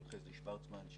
של חזי שוורצמן,